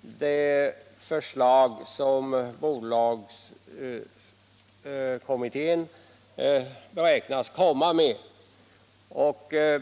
det förslag som bolags kommittén beräknas komma med.